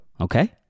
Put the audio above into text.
Okay